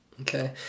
Okay